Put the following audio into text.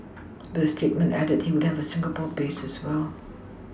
but the statement added he would have a Singapore base as well